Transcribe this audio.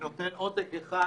אני מגיש עותק אחד